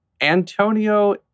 Antonio